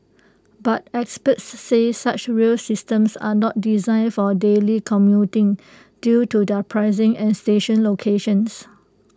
but experts said such rail systems are not designed for daily commuting due to their pricing and station locations